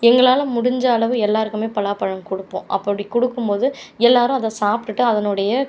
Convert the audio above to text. எங்களால் முடிஞ்ச அளவு எல்லோருக்குமே பலாப்பழம் கொடுப்போம் அப்படி கொடுக்கும் போது எல்லோரும் அதை சாப்பிடுட்டு அதனுடைய